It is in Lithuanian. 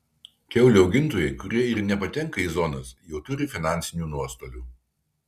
kiaulių augintojai kurie ir nepatenka į zonas jau turi finansinių nuostolių